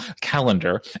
calendar